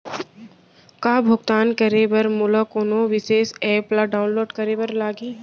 का भुगतान करे बर मोला कोनो विशेष एप ला डाऊनलोड करे बर लागही